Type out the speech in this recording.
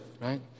right